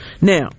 Now